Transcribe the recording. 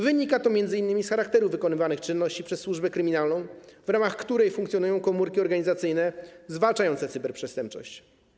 Wynika to m.in. z charakteru czynności wykonywanych przez służbę kryminalną, w ramach której funkcjonują komórki organizacyjne zwalczające cyberprzestępczość.